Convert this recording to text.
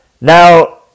Now